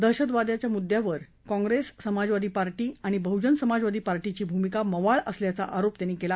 दहशतवाद्याच्या मुद्यावर काँप्रेस समाजवादी पार्टी आणि बहुजन समाजवादी पार्टीची भूमिका मवाळ असल्याचा आरोप त्यांनी केला